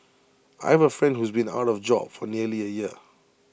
I have A friend who's been out of job for nearly A year